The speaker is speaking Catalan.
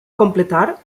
completar